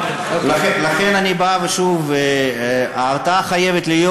לכן אני בא ושוב, הרתעה חייבת להיות.